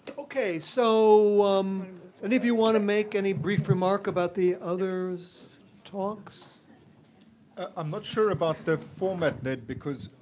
okay, so um any of you want to make any brief remark about the others' talks? solms i'm not sure about the format, ned, because,